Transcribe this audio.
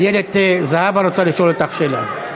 איילת, זהבה רוצה לשאול אותך שאלה.